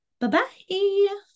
Bye-bye